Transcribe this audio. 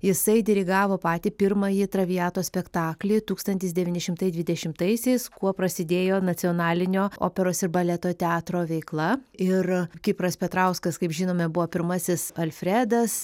jisai dirigavo patį pirmąjį traviatos spektaklį tūkstantis devyni šimtai dvidešimtaisiais kuo prasidėjo nacionalinio operos ir baleto teatro veikla ir kipras petrauskas kaip žinome buvo pirmasis alfredas